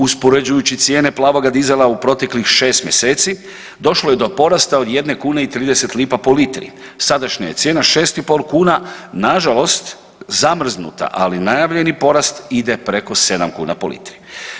Uspoređujući cijene plavoga dizela u proteklih 6 mjeseci došlo je do porasta od 1,30 kuna po litri, sadašnja je cijena 6,5 kuna nažalost zamrznuta ali najavljeni porast ide preko 7 kuna po litri.